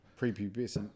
prepubescent